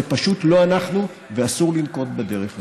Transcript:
זה פשוט לא אנחנו, ואסור לנקוט את הדרך הזאת.